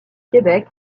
québec